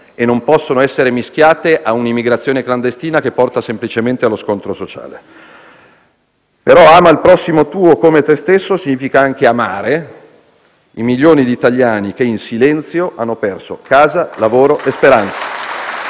e non possono essere mischiati ad una immigrazione clandestina che porta semplicemente allo scontro sociale. Però «ama il prossimo tuo come te stesso» significa anche amare i milioni di italiani che in silenzio hanno perso casa, lavoro e speranza.